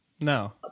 no